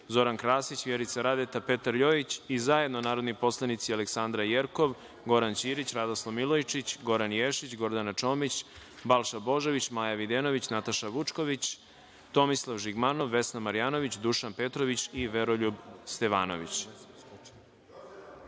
Zoran Krasić, Vjerica Radeta, Petar Jojić i zajedno narodni poslanici Aleksandra Jerkov, Goran Ćirić, Radoslav Milojičić, Goran Ješić, Gordana Čomić, Balša Božović, Maja Videnović, Nataša Vučković, Tomislav Žigmanov, Vesna Marjanović, Dušan Petrović i Veroljub Stevanović.(Nataša